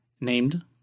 named